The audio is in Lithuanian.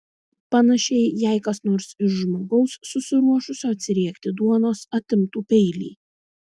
panašiai jei kas nors iš žmogaus susiruošusio atsiriekti duonos atimtų peilį